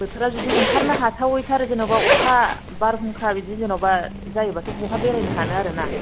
बोथोरा जुदि ओंखारनो हाथावैथार जेन'बा अखा बारहुंखा बिदि जेन'बा जायोब्लाथ' बहा बेरायनो हानो आरो ना